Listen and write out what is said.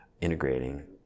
integrating